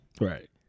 right